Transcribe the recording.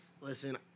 Listen